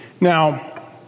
Now